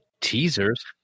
teasers